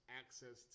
access